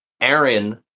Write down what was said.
Aaron